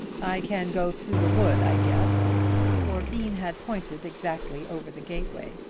i can go through the wood i guess for bean had pointed exactly over the gateway.